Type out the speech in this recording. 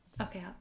Okay